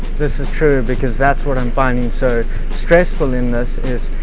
this is true because that's what i'm finding so stressful in this is,